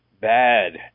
bad